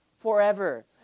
forever